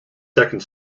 second